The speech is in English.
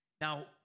Now